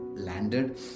Landed